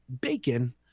bacon